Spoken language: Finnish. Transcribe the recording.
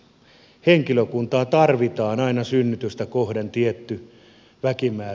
henkilökuntaa tarvitaan aina synnytystä kohden tietty väkimäärä